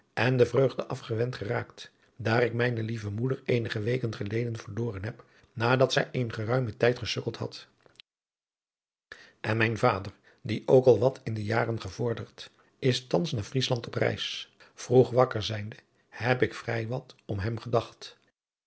en de vreugde afgewend geraakt daar ik mijne lieve moeder eenige weken geleden verloren heb nadat zij een geruimen tijd gesukkeld had en mijn vader die ook al wat in de jaren vordert is thans naar vriesland op reis vroeg wakker zijnde heb ik vrij wat om hem gedacht